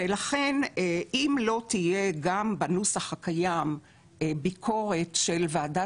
ולכן אם לא תהיה גם בנוסח הקיים ביקורת של ועדה